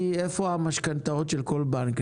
איפה המשכנתאות של כל בנק?